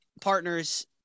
partners